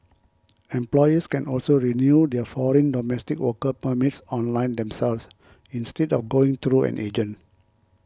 employers can also renew their foreign domestic worker permits online themselves instead of going through an agent